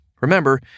Remember